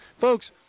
Folks